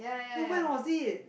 no when was it